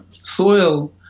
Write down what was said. soil